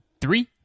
three